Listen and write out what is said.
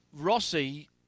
Rossi